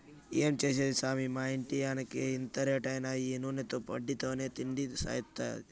ఏం చేసేది సామీ మా ఇంటాయినకి ఎంత రేటైనా ఈ నూనెతో వండితేనే తిండి సయిత్తాది